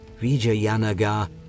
Vijayanagar